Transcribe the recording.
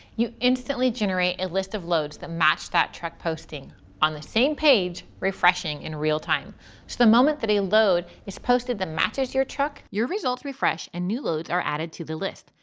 you instantly generate a list of loads that match that truck posting on the same page, refreshing in real time, so the moment that a load is posted that matches your truck, your results refresh and new loads are added to the list.